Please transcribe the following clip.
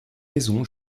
maison